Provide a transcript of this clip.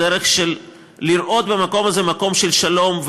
בדרך של לראות במקום זה מקום של שלום,